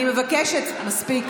אני מבקשת, מספיק.